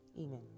Amen